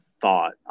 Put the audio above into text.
thought